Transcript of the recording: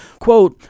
quote